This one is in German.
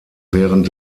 während